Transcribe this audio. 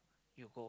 you go